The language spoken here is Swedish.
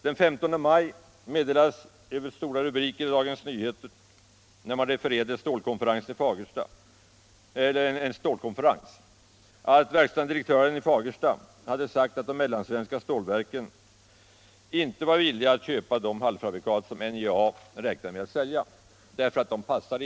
Den 15 maj meddelades över stora rubriker i Dagens Nyheter när man refererade till en stålkonferens att verkställande direktören i Fagersta hade sagt att de mellansvenska stålverken inte var villiga att köpa de halvfabrikat som NJA räknade med att sälja därför att de inte passade.